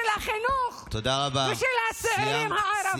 מקפיא את התקציבים של החינוך ושל הצעירים הערבים.